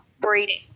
breeding